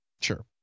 Sure